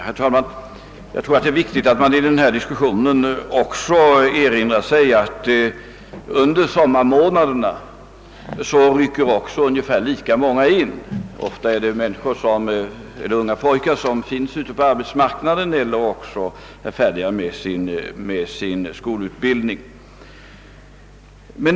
Herr talman! Jag tror att det är viktigt att man i denna diskussion också erinrar sig att under sommarmånaderna ungefär lika många unga pojkar rycker in. Ofta finns de redan ute på arbetsmarknaden eller också är de just färdiga med sin skolutbildning.